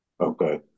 okay